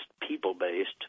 people-based